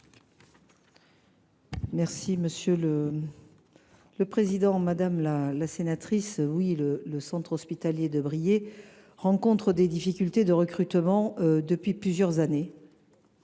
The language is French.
est à Mme la ministre. Madame la sénatrice, le centre hospitalier de Briey rencontre des difficultés de recrutement depuis plusieurs années,